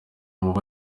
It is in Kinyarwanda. muti